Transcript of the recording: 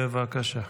בבקשה.